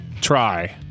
try